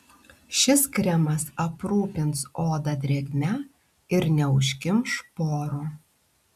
šis kremas aprūpins odą drėgme ir neužkimš porų